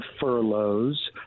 furloughs